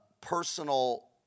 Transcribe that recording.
personal